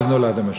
אז נולד המשיח.